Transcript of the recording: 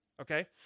Okay